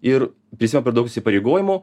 ir prisiima per daug įsipareigojimų